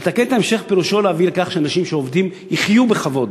לתקן את ההמשך פירושו להביא לכך שאנשים שעובדים יחיו בכבוד.